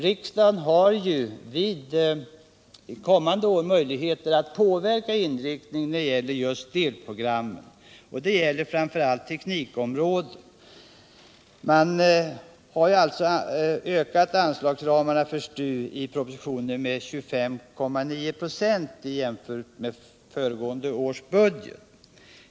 Riksdagen har under kommande år möjlighet att påverka inriktningen när det gäller just delprogrammen. Detta gäller framför allt teknikområdet. Man har ökat anslagsramarna i propositionen med 25,9 96 i jämförelse med föregående års budget.